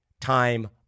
time